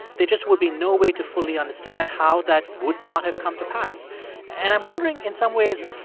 there just would be no way to fully understand how that would not have come to pass and i'm wondering, in some ways,